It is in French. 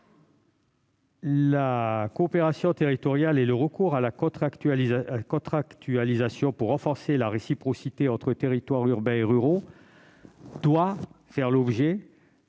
la coopération territoriale et le recours à la contractualisation pour renforcer la réciprocité entre territoires urbains et ruraux auraient dû faire l'objet